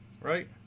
Right